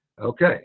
okay